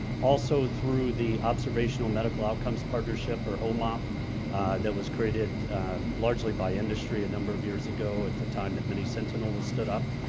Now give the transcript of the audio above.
also through the observational medical outcomes partnership or omop that was created largely by industry a number of years ago at the time that mini-sentinel was stood up.